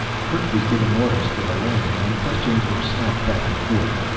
kerk was giving orders for the landing and questions were snapped back and forth.